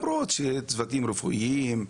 חרף צוותים רפואיים,